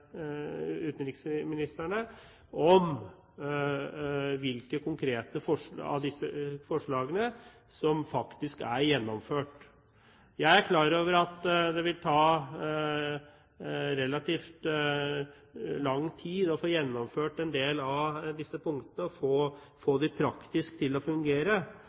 utenriksministerne om hvilke av disse forslagene som faktisk er gjennomført. Jeg er klar over at det vil ta relativt lang tid å få gjennomført en del av disse punktene og få dem til å fungere